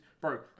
Bro